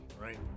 right